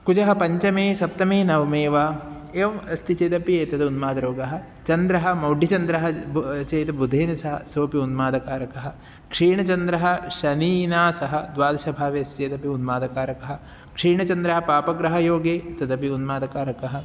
कुजः पञ्चमे सप्तमे नवमे वा एवम् अस्ति चेदपि एतद् उन्मादरोगः चन्द्रः मौढ्यचन्द्रः बु चेत् बुधेन सह सोपि उन्मादकारकः क्षीणचन्द्रः शनिना सह द्वादशभावे अस्ति चेदपि उन्मादकारकः क्षीणचन्द्रः पापग्रहयोगे तदपि उन्मादकारकः